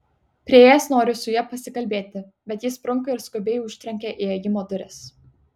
priėjęs noriu su ja pasikalbėti bet ji sprunka ir skubiai užtrenkia įėjimo duris